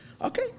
Okay